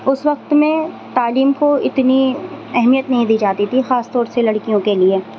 اس وقت میں تعلیم کو اتنی اہمیت نہیں دی جاتی تھی خاص طور سے لڑکیوں کے لیے